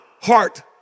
heart